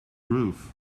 roof